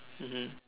mmhmm